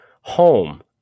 Home